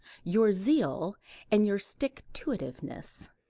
your zeal and your stick-to-it-iveness.